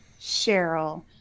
Cheryl